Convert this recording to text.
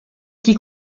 qui